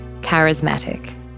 charismatic